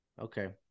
Okay